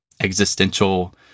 existential